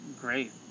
great